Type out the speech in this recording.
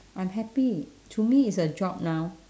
I'm happy to me it's a job now